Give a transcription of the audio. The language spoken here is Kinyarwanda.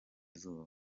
izuba